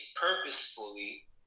purposefully